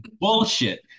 bullshit